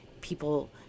people